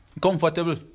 Comfortable